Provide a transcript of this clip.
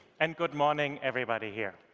and good morning, everybody here.